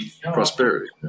Prosperity